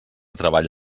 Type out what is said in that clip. treball